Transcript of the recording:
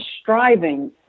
striving